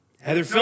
Heather